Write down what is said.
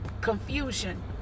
confusion